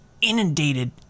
inundated